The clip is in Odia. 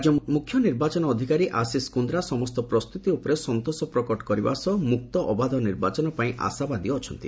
ରାଜ୍ୟ ମୁଖ୍ୟନିର୍ବାଚନ ଅଧିକାରୀ ଆଶିଷ କୁନ୍ଦ୍ରା ସମସ୍ତ ପ୍ରସ୍ତୁତି ଉପରେ ସନ୍ତୋଷ ପ୍ରକଟ କରିବା ସହ ମୁକ୍ତ ଅବାଧ ନିର୍ବାଚନ ପାଇଁ ଆଶାବାଦୀ ଅଛନ୍ତି